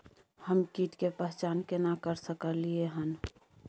हम कीट के पहचान केना कर सकलियै हन?